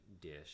dish